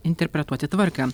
interpretuoti tvarką